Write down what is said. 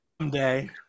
someday